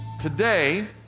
Today